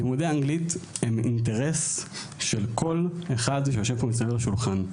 לימודי האנגלית הם אינטרס של כל אחד שיושב פה מסביב לשולחן.